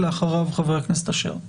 לאחריו חבר הכנסת אשר.